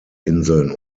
inseln